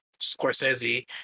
Scorsese